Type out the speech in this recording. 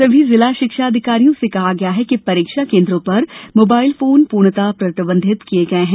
सभी जिला शिक्षा अधिकारियों से कहा गया है कि परीक्षा केन्द्रों पर मोबाइल फोन पूर्णतः प्रतिबंधित किये गये हैं